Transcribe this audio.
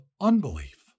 unbelief